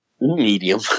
Medium